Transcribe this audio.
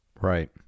Right